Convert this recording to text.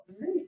right